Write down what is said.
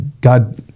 God